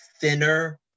thinner